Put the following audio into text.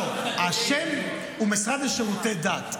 לא, "השם הוא המשרד לשירותי דת".